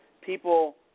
people